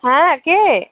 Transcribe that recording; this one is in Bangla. হ্যাঁ কে